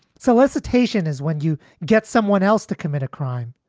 solicitation is when you get someone else to commit a crime.